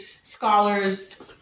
scholars